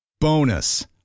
Bonus